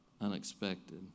unexpected